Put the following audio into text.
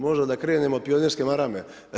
Možda da krenem od pionirske marame.